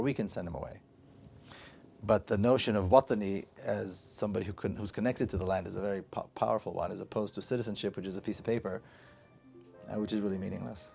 or we can send him away but the notion of what the nie as somebody who couldn't was connected to the land is a very powerful lot as opposed to citizenship which is a piece of paper which is really meaningless